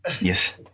Yes